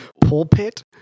Pulpit